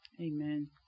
Amen